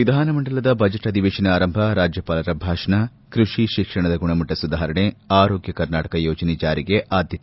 ವಿಧಾನಮಂಡಲದ ಬಜೆಟ್ ಅಧಿವೇಶನ ಆರಂಭ ರಾಜ್ಯಪಾಲರ ಭಾಷಣ ಕೃಷಿ ಶಿಕ್ಷಣದ ಗುಣಮಟ್ಟ ಸುಧಾರಣೆ ಆರೋಗ್ಯ ಕರ್ನಾಟಕ ಯೋಜನೆ ಜಾರಿಗೆ ಆದ್ಯತೆ